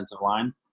line